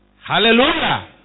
Hallelujah